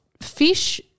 fish